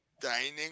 dining